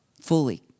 fully